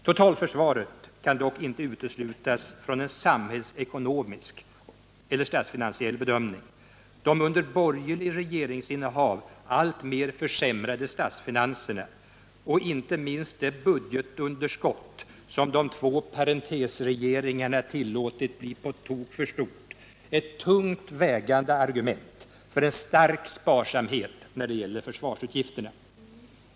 Totalförsvaret kan dock inte uteslutas från en samhällsekonomisk eller statsfinansiell bedömning. De under borgerligt regeringsinnehav alltmer försämrade statsfinanserna, och inte minst det budgetunderskott som de två parentesregeringarna tillåtit bli på tok för stort, är tungt vägande argument för en stark sparsamhet när det gäller försvarsutgifterna.